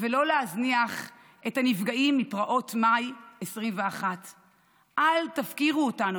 ולא להזניח את הנפגעים מפרעות מאי 2021. אל תפקירו אותנו,